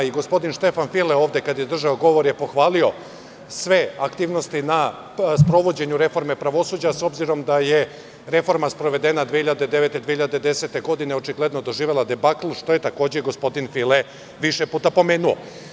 I gospodin Štefan File, kada je ovde držao govor, pohvalio je sve aktivnosti na sprovođenju reforme pravosuđa, s obzirom da je reforma sprovedena 2009-2010. godine očigledno doživela debakl, što je takođe gospodin File više puta pomenuo.